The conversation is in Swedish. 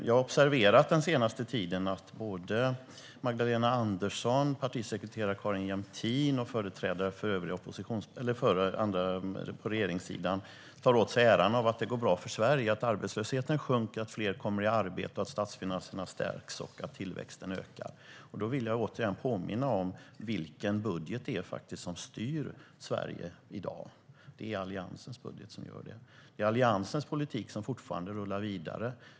Jag har observerat att såväl Magdalena Andersson, partisekreterare Carin Jämtin som andra företrädare på regeringssidan på den senaste har tagit åt sig äran av att det går bra Sverige, att arbetslösheten sjunker, att fler kommer i arbete, att statsfinanserna stärks och att tillväxten ökar. Jag vill återigen påminna om vilken budget som styr Sverige i dag. Det är Alliansens budget som gör det. Det är Alliansens politik som fortfarande rullar vidare.